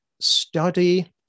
study